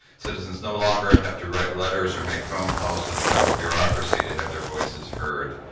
citizens no longer have to write letters or make phone calls to the federal bureaucracy to have their voices heard.